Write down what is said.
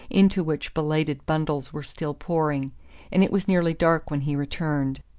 into which belated bundles were still pouring and it was nearly dark when he returned.